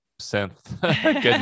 synth